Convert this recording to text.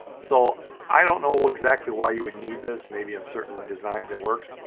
so i don't know exactly why you would need this. maybe in certain designs it works.